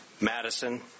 Madison